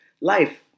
life